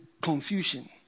confusion